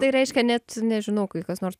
tai reiškia net nežinau kai kas nors